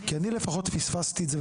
כי - לפחות אני פספסתי את זה,